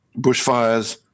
bushfires